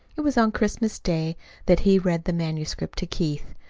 it was on christmas day that he read the manuscript to keith.